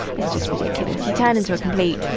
it's just ridiculous. you turn into a complete,